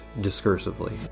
discursively